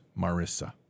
Marissa